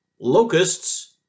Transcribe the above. locusts